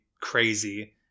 crazy